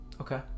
Okay